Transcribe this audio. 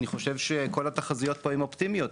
אני חושב שכל התחזיות פה הן אופטימיות.